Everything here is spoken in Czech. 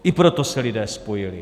I proto se lidé spojili.